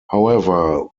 however